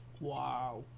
wow